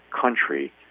country